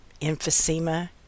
emphysema